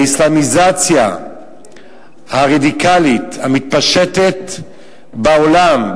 האסלאמיזציה הרדיקלית המתפשטת בעולם,